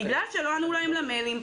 בגלל שלא ענו להם למיילים.